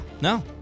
no